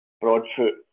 Broadfoot